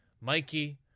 Mikey